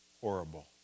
horrible